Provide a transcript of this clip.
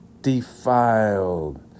defiled